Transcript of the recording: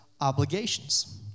obligations